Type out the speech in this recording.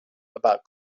about